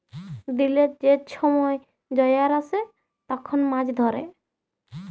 দিলের যে ছময় জয়ার আসে তখল মাছ ধ্যরে